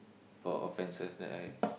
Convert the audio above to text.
for offenses that I